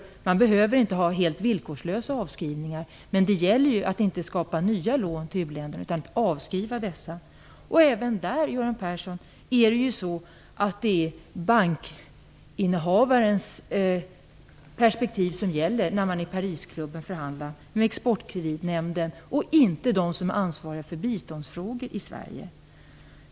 Man behöver inte ha helt villkorslösa avskrivningar, men det gäller att inte skapa nya lån till u-länderna utan att avskriva de som finns. Även på det området, Göran Persson, är det bankinnehavarens perspektiv som gäller när man i Parisklubben förhandlar med Exportkreditnämnden och inte perspektivet hos dem som i Sverige är ansvariga för biståndsfrågor.